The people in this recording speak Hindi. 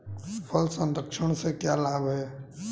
फल संरक्षण से क्या लाभ है?